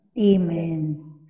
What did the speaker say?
Amen